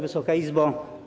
Wysoka Izbo!